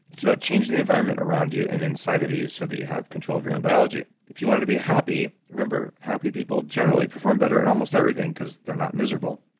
it's about changing the environment around you and inside of you so that you have control of your own biology if you want to be happy, remember, happy people generally perform better at almost everything because they're not miserable.